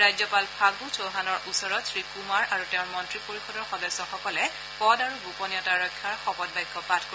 ৰাজ্যপাল ফাণ্ড চৌহানৰ ওচৰত শ্ৰীকুমাৰ আৰু তেওঁৰ মন্ত্ৰী পৰিষদৰ সদস্যসকলে পদ আৰু গোপনীয়তা ৰক্ষাৰ শপতবাক্য পাঠ কৰিব